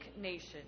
nation